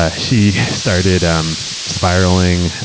ah she started um spiraling.